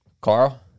Carl